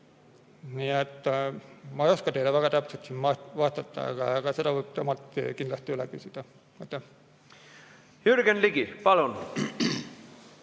ma ei oska teile väga täpselt vastata, aga seda võib temalt kindlasti üle küsida. Jürgen Ligi, palun!